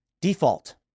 Default